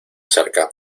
cerca